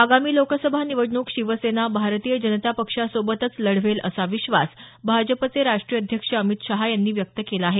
आगामी लोकसभा निवडणूक शिवसेना भारतीय जनता पक्षासोबतच लढवेल असा विश्वास भाजपचे राष्टीय अध्यक्ष अमित शहा यांनी व्यक्त केला आहे